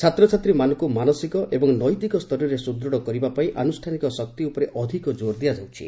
ଛାତ୍ରଛାତ୍ରୀମାନଙ୍କୁ ମାନସିକ ଏବଂ ନୈତିକ ସ୍ତରରେ ସୁଦୂଢ଼ କରିବା ପାଇଁ ଆନୁଷ୍ଠାନିକ ଶକ୍ତି ଉପରେ ଅଧିକ ଜୋର୍ ଦିଆଯାଉଛି